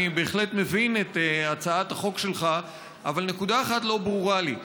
אני בהחלט מבין את הצעת החוק שלך אבל נקודה אחת לא ברורה לי.